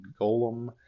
golem